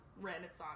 renaissance